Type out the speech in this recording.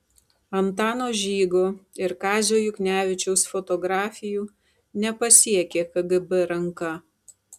antano žygo ir kazio juknevičiaus fotografijų nepasiekė kgb ranka